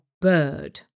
bird